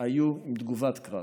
היו עם תגובת קרב,